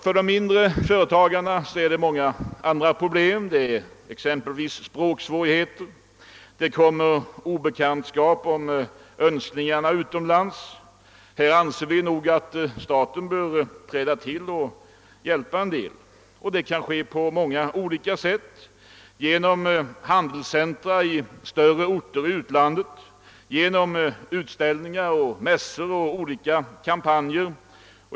För de mindre företagarna finns många problem — bl.a. språksvårigheter och obekantskap med önskningarna utomlands. Här bör staten träda in och hjälpa till. Det kan ske på många olika sätt — genom handelscentra i större orter i utlandet, genom utställningar och mässor och genom olika kampanjer.